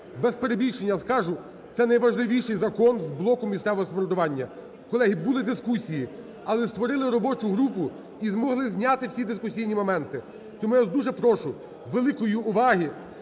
Без перебільшення скажу, це найважливіший закон з блоку місцевого самоврядування. Колеги, були дискусії, але створили робочу групу і змогли зняти всі дискусійні моменти. Тому я вас дуже прошу великої уваги